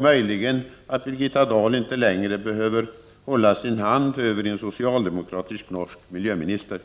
Möjligen behöver Birgitta Dahl inte längre hålla sin hand över en socialdemokratisk norsk miljöminister.